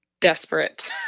desperate